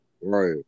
Right